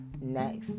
next